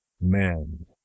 men